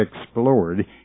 explored